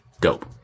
dope